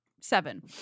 Seven